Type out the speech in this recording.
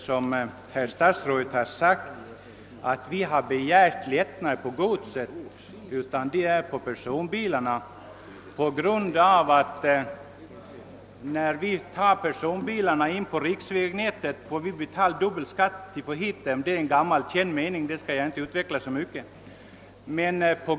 Vi har inte som finansministern sade begärt lättnad då det gäller godsbefordran utan det gäller enbart transport av bilar avsedda för personbefordran. När vi gotlänningar tar in personbilarna på riksvägnätet måste vi betala dubbel skatt; det är en gammal känd sak som jag inte nu skall ta upp.